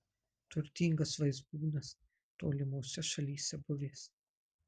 turtingas vaizbūnas tolimose šalyse buvęs